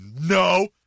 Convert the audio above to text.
No